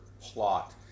plot